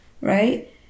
right